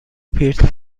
پیرتر